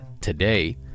today